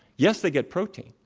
yes, they get protein,